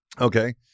okay